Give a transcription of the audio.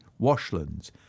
washlands